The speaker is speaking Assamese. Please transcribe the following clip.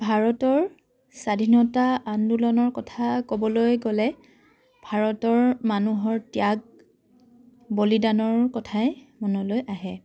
ভাৰতৰ স্বাধীনতা আন্দোলনৰ কথা ক'বলৈ গ'লে ভাৰতৰ মানুহৰ ত্যাগ বলিদানৰ কথাই মনলৈ আহে